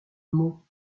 mot